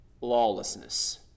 lawlessness